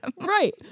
Right